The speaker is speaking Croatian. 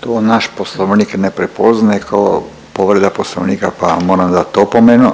To naš poslovnik ne prepoznaje kao povreda poslovnika pa vam moram dati opomenu.